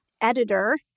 editor